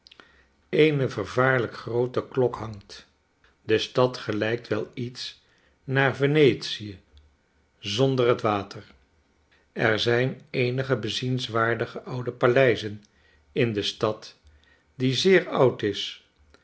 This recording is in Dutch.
eene vervaarlijk groote klok hangt de stad gelijkt wel iets naar v e n e t i zonder het water er zijn eenige bezienswaardige oude paleizen in de stad die zeer oud is